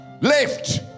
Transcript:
left